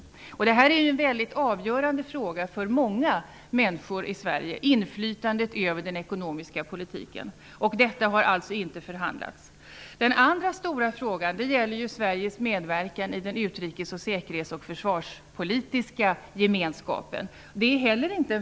Frågan om inflytandet över den ekonomiska politiken är mycket avgörande för många människor i Sverige. Detta har det inte förhandlats om! Den andra stora frågan som inte varit uppe till förhandling gäller Sveriges medverkan i den utrikes-, säkerhets och försvarspolitiska gemenskapen.